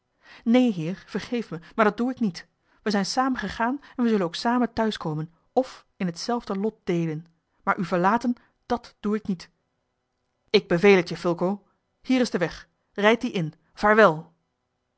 neen heer vergeef me maar dat doe ik niet we zijn samen gegaan en zullen ook samen thuiskomen of in hetzelfde lot deelen maar u verlaten dat doe ik niet ik beveel het je fulco hier is de weg rijd dien in vaarwel